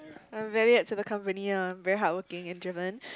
I value add to the company ah I'm very hardworking and driven